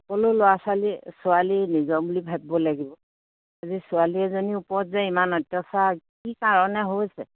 সকলো ল'ৰা ছোৱালী ছোৱালী নিজৰ বুলি ভাবিব লাগিব আজি ছোৱালী এজনীৰ ওপৰত যে ইমান অত্যচাৰ কি কাৰণে হৈছে